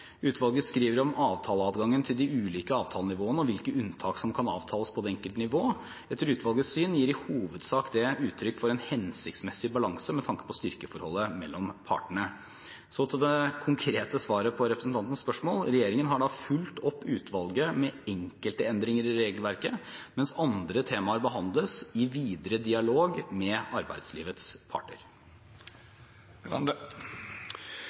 Utvalget skriver om avtaleadgangen til de ulike avtalenivåene og hvilke unntak som kan avtales på det enkelte nivå. Etter utvalgets syn i hovedsak gir det uttrykk for en hensiktsmessig balanse med tanke på styrkeforholdet mellom partene. Så til det konkrete svaret på representantens spørsmål: Regjeringen har fulgt opp utvalgets anbefalinger med enkelte endringer i regelverket, mens andre temaer behandles i videre dialog med arbeidslivets parter.